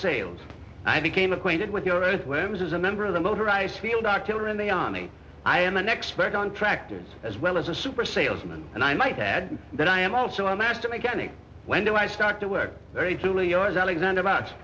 sales i became acquainted with your own whims as a member of the motorized field artillery in the army i am an expert on tractors as well as a super salesman and i might add that i am also a master mechanic when do i start to work very truly yours alexander